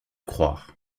croire